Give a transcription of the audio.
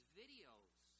videos